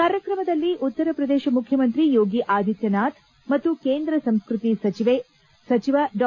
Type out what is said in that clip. ಕಾರ್ಯಕ್ರಮದಲ್ಲಿ ಉತ್ತರ ಪ್ರದೇಶ ಮುಖ್ಯಮಂತ್ರಿ ಯೋಗಿ ಆದಿತ್ಲನಾಥ್ ಮತ್ತು ಕೇಂದ್ರ ಸಂಸ್ಕೃತಿ ಸಚಿವ ಡಾ